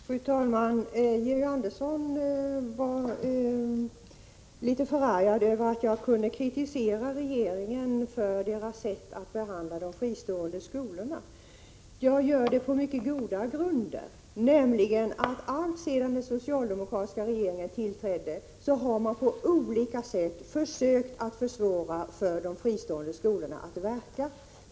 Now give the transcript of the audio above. Fru talman! Georg Andersson var en smula förargad över att jag kritiserade regeringen för dess sätt att behandla de fristående skolorna. Men jag gör detta på mycket goda grunder. Alltsedan den socialdemokratiska regeringen tillträdde har den nämligen på olika sätt försökt försvåra för de fristående skolorna att verka.